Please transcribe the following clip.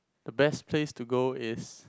the best place to go is